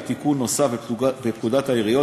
על תיקון נוסף בפקודת העיריות,